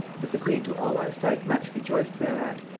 as the queen to all our sight much rejoiced thereat,